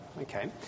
okay